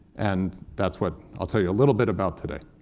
and that's what i'll tell you a little bit about today.